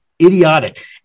idiotic